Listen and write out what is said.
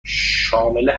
شامل